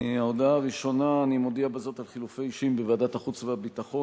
ההודעה הראשונה: אני מודיע בזאת על חילופי אישים בוועדת החוץ והביטחון,